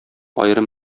аерым